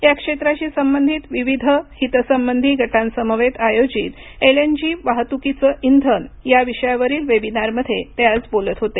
या क्षेत्राशी संबंधित विविध हितसंबंधी गटांसमवेत आयोजित एलएनजी वाहतुकीचे इंधन या विषयावरील वेबिनारमध्ये ते आज बोलत होते